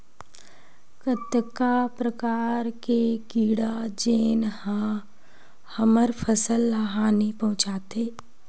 कतका प्रकार के कीड़ा जेन ह हमर फसल ल हानि पहुंचाथे?